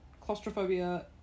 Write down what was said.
Claustrophobia